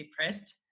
depressed